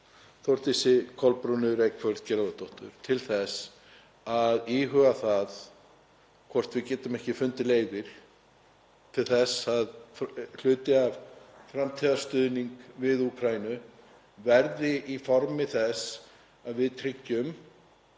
Þórdísi Kolbrúnu Reykfjörð Gylfadóttur, til þess að íhuga það hvort við getum ekki fundið leiðir til þess að hluti af framtíðarstuðningi við Úkraínu verði í formi þess að við tryggjum